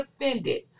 offended